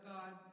God